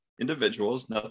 individuals